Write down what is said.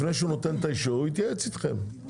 לפני שהוא נותן את האישור הוא יתייעץ אתכם.